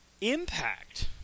impact